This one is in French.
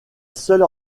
seule